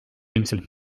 ilmselt